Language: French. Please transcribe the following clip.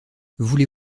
voulez